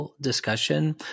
discussion